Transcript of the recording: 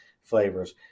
flavors